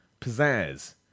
pizzazz